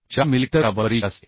4 millimetre च्या बरोबरीची असते